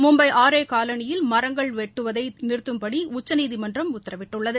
மும்பை ஆரே காலனியில் மரங்கள் வெட்டுவதை நிறுத்தும்படி உச்சநீதிமன்றம் உத்தரவிட்டுள்ளது